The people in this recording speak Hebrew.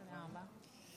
תודה רבה.